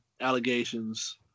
allegations